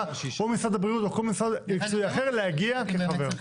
או משרד הבריאות או כל משרד מקצועי אחר להגיע כחבר,